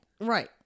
Right